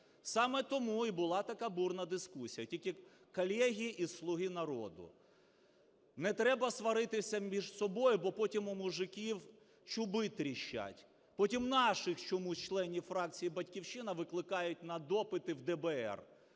Саме тому і була така бурна дискусія. Тільки, колеги із "Слуги народу", не треба сваритися між собою, бо потім у мужиків чуби тріщать, потім наших чомусь членів фракції "Батьківщина" викликають на допити в ДБР.